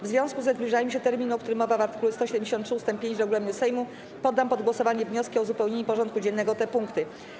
W związku ze zbliżaniem się terminu, o którym mowa w art. 173 ust. 5 regulaminu Sejmu, poddam pod głosowanie wnioski o uzupełnienie porządku dziennego o te punkty.